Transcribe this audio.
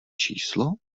číslo